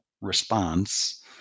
response